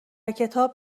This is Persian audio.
کتاب